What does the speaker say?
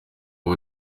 ubu